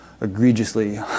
egregiously